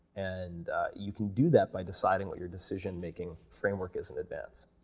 and you can do that by deciding what your decision-making framework is in advance.